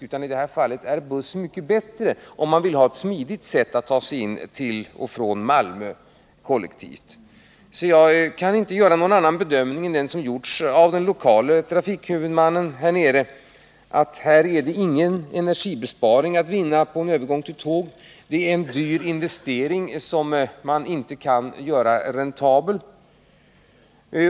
Om man vill skapa en smidig kollektivtrafik till och från Malmö är det i det här fallet mycket bättre med busstrafik. Jag kan alltså inte göra någon annan bedömning än den som gjorts av den lokala trafikhuvudmannen, nämligen att det här inte går att vinna något i energibesparing genom att övergå till tågtrafik. Ett sådant alternativ skulle dessutom innebära en stor investering, som man inte kan göra räntabel.